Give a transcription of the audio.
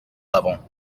level